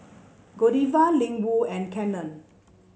Godiva Ling Wu and Canon